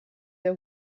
der